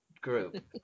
group